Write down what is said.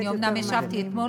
אני אומנם השבתי אתמול,